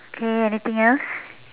okay anything else